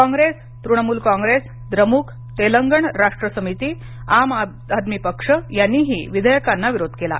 कॉंप्रेस तृणमूल कॉंग्रेस द्रमुक तेलंगण राष्ट्र समिती आम आदमी पक्ष यांनीही विधेयकांना विरोध केला